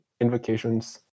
invocations